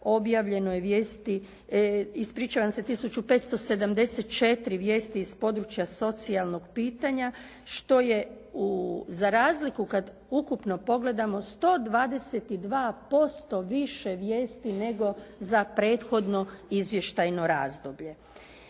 objavljeno je vijesti. Ispričavam se, tisuću 574 vijesti iz područja socijalnog pitanja što je za razliku kad ukupno pogledamo 122% više vijesti nego za prethodno izvještajno razdoblje.